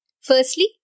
Firstly